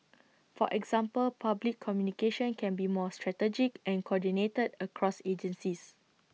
for example public communication can be more strategic and coordinated across agencies